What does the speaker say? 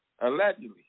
Allegedly